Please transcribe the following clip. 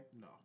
No